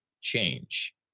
change